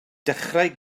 dechrau